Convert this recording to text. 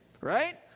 right